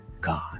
God